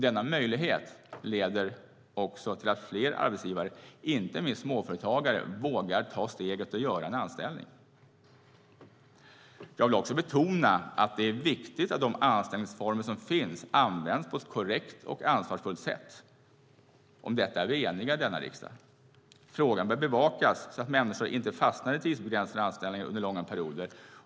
Denna möjlighet leder också till att fler arbetsgivare, inte minst småföretagare, vågar ta steget och anställa. Jag vill också betona att det är viktigt att de anställningsformer som finns används på ett korrekt och ansvarsfullt sätt. Om detta är vi eniga i denna riksdag. Frågan bör bevakas så att människor inte fastnar i tidsbegränsade anställningar under långa perioder.